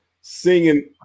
singing